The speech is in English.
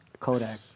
Kodak